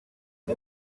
que